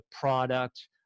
product